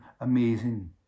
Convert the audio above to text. amazing